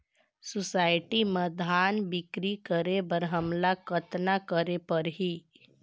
Society म धान बिक्री करे बर हमला कतना करे परही?